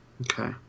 Okay